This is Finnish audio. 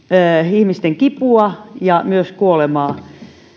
ihmisten kipua ja myös kuolemaa